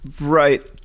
Right